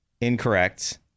Incorrect